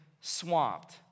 swamped